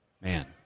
Man